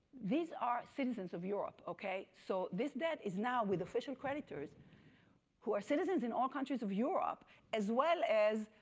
these are citizens of europe okay so this debt is now with official creditors who are citizens in all countries of europe as well as